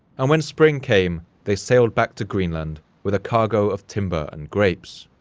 and when spring came, they sailed back to greenland with a cargo of timber and grapes.